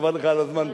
חבל לך על הזמן.